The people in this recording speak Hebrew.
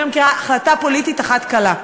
אני לא מכירה החלטה פוליטית אחת קלה.